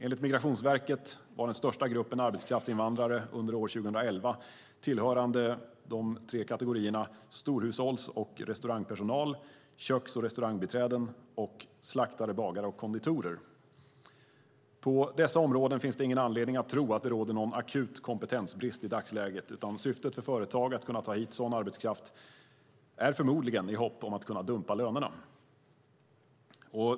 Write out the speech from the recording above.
Enligt Migrationsverket var år 2011 den största gruppen arbetskraftsinvandrare tillhörande de tre kategorierna storhushålls och restaurangpersonal, köks och restaurangbiträden samt slaktare, bagare och konditorer. När det gäller dessa områden finns det ingen anledning att tro att det i dagsläget råder akut kompetensbrist, utan företags syfte med att kunna ta hit sådan arbetskraft är förmodligen att man hoppas kunna dumpa lönerna.